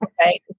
Okay